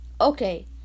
Okay